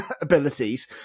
abilities